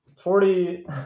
Forty